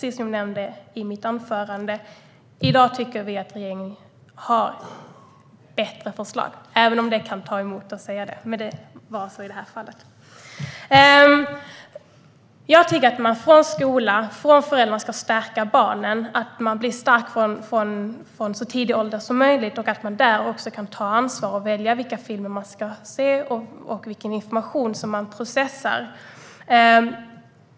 I dag tycker vi att regeringen har ett bättre förslag, även om det kan ta emot att säga det. Jag tycker att man från skolans och föräldrarnas håll ska stärka barnen från så tidig ålder som möjligt så att de kan ta ansvar och välja vilka filmer de ska se och vilken information de processar.